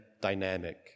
dynamic